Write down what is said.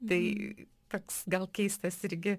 tai toks gal keistas irgi